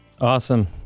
Awesome